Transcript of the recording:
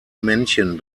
männchen